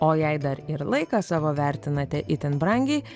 o jei dar ir laiką savo vertinate itin brangiai